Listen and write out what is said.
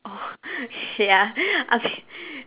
orh K ya